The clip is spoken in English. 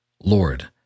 Lord